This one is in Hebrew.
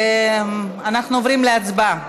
אנחנו עוברים להצבעה,